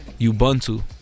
Ubuntu